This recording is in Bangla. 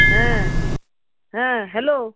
হ্যাঁ হ্যাঁ হ্যালো